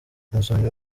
umusomyi